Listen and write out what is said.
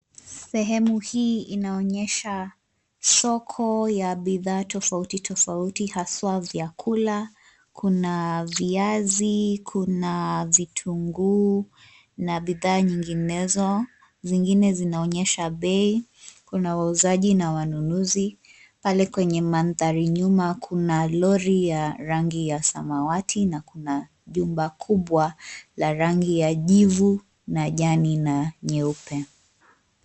Sehemu hii inaonyesha soko ya bidhaa tofauti tofauti haswa vyakula. Kuna viazi, kuna vitunguu na bidhaa nyinginezo. Zingine zinaonyesha bei. Kuna wauzaji na wanunuzi. Pale kwenye mandhari nyuma kuna lori ya rangi ya samawati na kuna jumba kubwa la rangi ya jivu na jani na nyeupe.